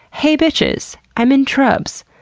hey bitches, i'm in trubs!